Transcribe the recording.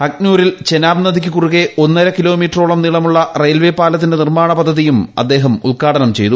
അഖ്നൂരിൽ ചെനാബ് നദിക്ക് കുറുകെ ഒന്നര കിലോമീറ്ററോളം നീളമുള്ള റെയിൽവേ പാലത്തിന്റെ നിർമ്മാണ പദ്ധതിയും അദ്ദേഹം ഉദ്ഘാടനം ചെയ്തു